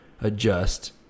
adjust